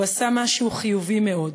הוא עשה משהו חיובי מאוד.